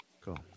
Cool